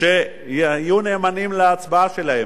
שיהיו נאמנים להצבעה שלהם.